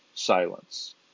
Silence